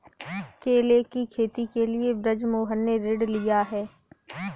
केले की खेती के लिए बृजमोहन ने ऋण लिया है